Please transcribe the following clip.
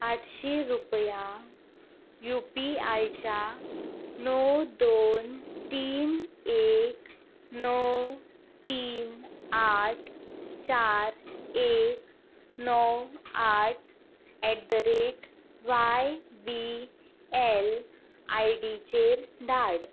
आठशीं रुपया U P आयच्या णव दोन तीन एक णव तीन आठ चार एक णव आठ at the rate Y B L आयडीचेर धाड